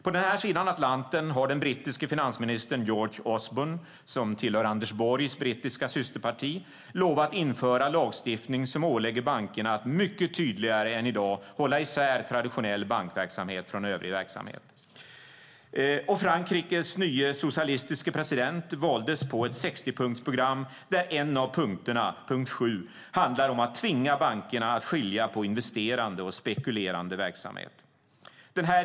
På denna sida Atlanten har den brittiske finansministern George Osborne, som tillhör Anders Borgs brittiska systerparti, lovat att införa lagstiftning som ålägger bankerna att mycket tydligare än i dag hålla isär traditionell bankverksamhet från övrig verksamhet. Frankrikes nye socialistiske president valdes på ett sextiopunktsprogram där en av punkterna, nr 7, handlar om att tvinga bankerna att skilja på investerande och spekulerande verksamhet.